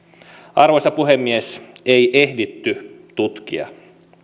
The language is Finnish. arvoisa puhemies ei ehditty tutkia